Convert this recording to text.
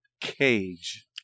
cage